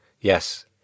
Yes